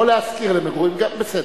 או להשכיר למגורים, בסדר.